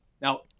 Now